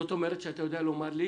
זאת אומרת שאתה יודע לומר לי